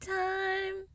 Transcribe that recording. time